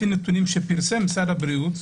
לפי נתונים שפרסם משרד הבריאות,